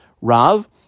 Rav